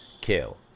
kill